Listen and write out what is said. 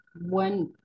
one